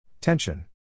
Tension